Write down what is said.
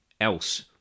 else